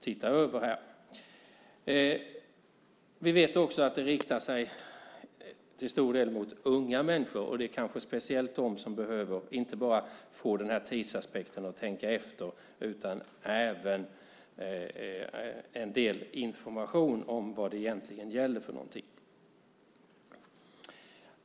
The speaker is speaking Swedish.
Vi vet också att man beträffande dessa lån till stor del riktar sig till unga människor, kanske speciellt till dem som behöver inte bara få tid att tänka efter utan också en del information om vad det egentligen handlar om.